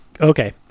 Okay